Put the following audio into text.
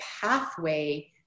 pathway